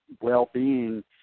well-being